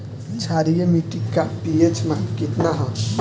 क्षारीय मीट्टी का पी.एच मान कितना ह?